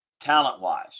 talent-wise